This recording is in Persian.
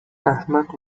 احمق